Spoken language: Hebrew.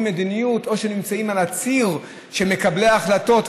מדיניות או נמצאים על הציר של מקבלי ההחלטות,